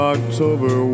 October